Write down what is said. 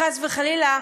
חס וחלילה.